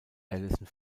allison